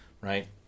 right